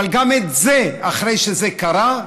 אבל גם זה, אחרי שזה קרה,